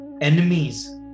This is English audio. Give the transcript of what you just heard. enemies